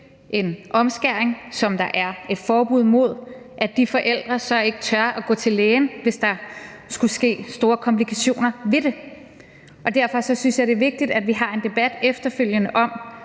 en omskæring, som der er et forbud mod, så ikke tør gå til lægen, hvis der skulle opstå store komplikationer ved det. Derfor synes jeg, det er vigtigt, at vi har en debat efterfølgende om,